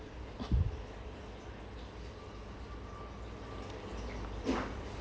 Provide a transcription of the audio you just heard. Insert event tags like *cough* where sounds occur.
*noise*